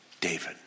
David